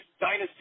dynasty